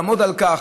לעמוד על כך.